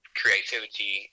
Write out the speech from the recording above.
creativity